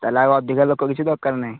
ତା'ହେଲେ ଆଉ ଅଧିକା ଲୋକ କିଛି ଦରକାର ନାହିଁ